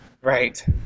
right